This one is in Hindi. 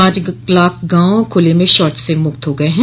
पांच लाख गांव खुले में शौच से मुक्त हो गए हैं